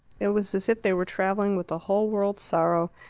it was as if they were travelling with the whole world's sorrow,